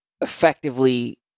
effectively